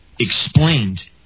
explained